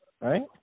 right